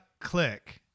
click